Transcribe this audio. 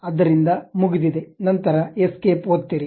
ಆದ್ದರಿಂದ ಮುಗಿದಿದೆ ನಂತರ ಎಸ್ಕೇಪ್ ಒತ್ತಿರಿ